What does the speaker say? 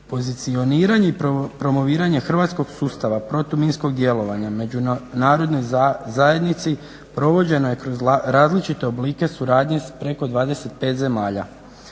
Pozicioniranje i promoviranje hrvatskog sustava protiv minskog djelovanja u međunarodnoj zajednici provođeno je kroz različite oblike suradnje s preko 25 zemalja.